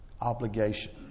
obligation